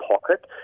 pocket